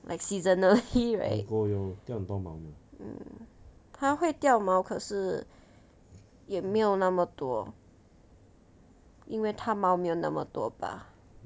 like seasonal he right mm 他会掉毛可是也没有那么多因为他毛没有那么多吧